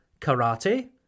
karate